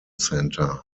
centre